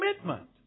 commitment